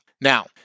Now